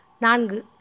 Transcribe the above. Nang